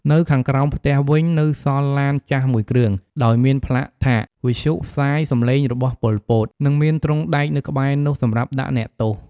នៅខាងក្រោមផ្ទះវិញ នៅសល់ឡានចាស់មួយគ្រឿង ដោយមានផ្លាកថា វិទ្យុផ្សាយសំលេងរបស់ ប៉ុល ពត និងមានទ្រុងដែកនៅក្បែរនោះសម្រាប់ដាក់អ្នកទោស។